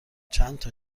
چندتا